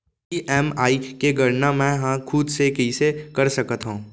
EMI के गड़ना मैं हा खुद से कइसे कर सकत हव?